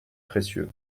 précieux